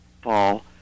fall